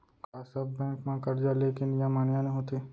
का सब बैंक म करजा ले के नियम आने आने होथे?